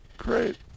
Great